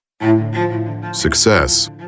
Success